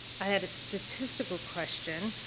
i had a statistical question.